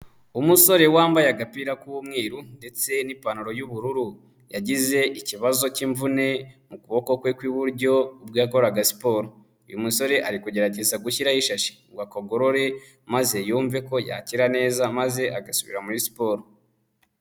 Umusore wambaye agapira k'umweru ndetse n'ipantaro y'ubururu, yagize ikibazo cy'imvune mu kuboko kwe kw'iburyo ubwo yakoraga siporo, uyu musore ari kugerageza gushyiraho ishashi ngo akogorore maze yumve ko yakira neza maze agasubira muri siporo.